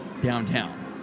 downtown